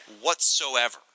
Whatsoever